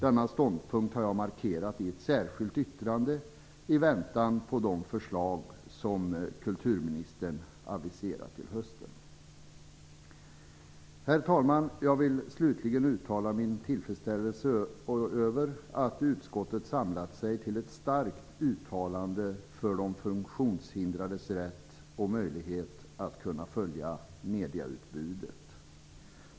Denna ståndpunkt har jag markerat i ett särskilt yttrande i väntan på de förslag som kulturministern aviserat till hösten. Herr talman! Jag vill slutligen uttala min tillfredsställelse över att utskottet samlat sig till ett starkt uttalande för de funktionshindrades möjlighet att följa medieutbudet.